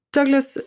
Douglas